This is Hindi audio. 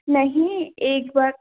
नहीं एक बार